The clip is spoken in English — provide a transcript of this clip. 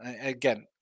again